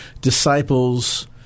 disciples